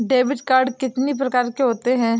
Debit card कितनी प्रकार के होते हैं?